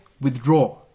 withdraw